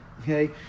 Okay